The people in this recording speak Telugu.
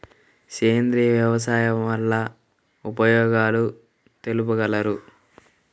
సేంద్రియ వ్యవసాయం వల్ల ఉపయోగాలు తెలుపగలరు?